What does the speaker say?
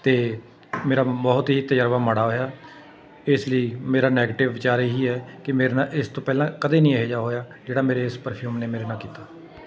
ਅਤੇ ਮੇਰਾ ਬਹੁਤ ਹੀ ਤਜ਼ਰਬਾ ਮਾੜਾ ਹੋਇਆ ਇਸ ਲਈ ਮੇਰਾ ਨੈਗਟਿਵ ਵਿਚਾਰ ਇਹੀ ਹੈ ਕਿ ਮੇਰੇ ਨਾਲ ਇਸ ਤੋਂ ਪਹਿਲਾਂ ਕਦੇ ਨਹੀਂ ਇਹੋ ਜਿਹਾ ਹੋਇਆ ਜਿਹੜਾ ਮੇਰੇ ਇਸ ਪਰਫਿਊਮ ਨੇ ਮੇਰੇ ਨਾਲ ਕੀਤਾ